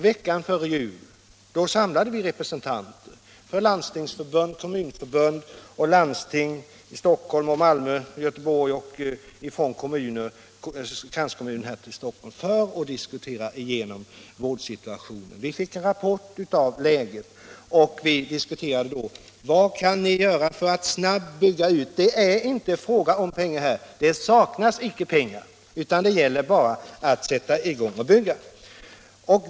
Veckan före jul samlade vi representanter för Landstingsförbundet, Kommunförbundet och landstingen i Stockholm, Göteborg och Malmö samt representanter för Stockholms grannkommuner för att diskutera igenom vårdsituationen. Vi fick rapporter om läget, och vi diskuterade då vad man kunde göra för att snabbt bygga ut antalet vårdplatser. Det är här icke fråga om pengar — det saknas icke pengar — utan det gäller att sätta i gång och bygga!